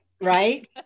Right